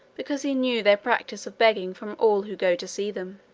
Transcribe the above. because he knew their practice of begging from all who go to see them.